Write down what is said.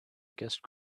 against